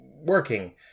working